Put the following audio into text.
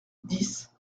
dix